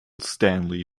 stanley